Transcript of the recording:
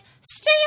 stay